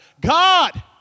God